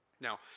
Now